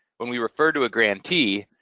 when we refer to a grantee,